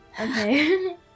Okay